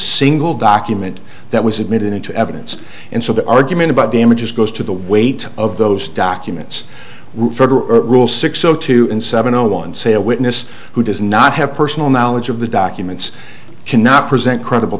single document that was admitted into evidence and so the argument about damages goes to the weight of those documents federal rule six o two and seven o one say a witness who does not have personal knowledge of the documents cannot present credible